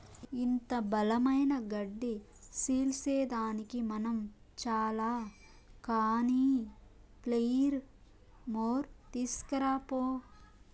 ఇంత బలమైన గడ్డి సీల్సేదానికి మనం చాల కానీ ప్లెయిర్ మోర్ తీస్కరా పో